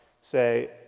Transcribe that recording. say